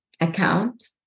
account